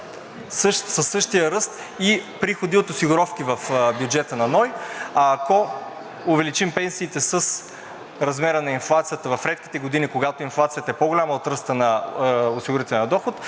със същия ръст и приходи от осигуровки в бюджета на НОИ, а ако увеличим пенсиите с размера на инфлацията в редките години, когато инфлацията е по-голяма от ръста на осигурителния доход,